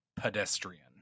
pedestrian